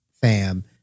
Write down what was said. fam